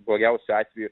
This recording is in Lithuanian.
blogiausiu atveju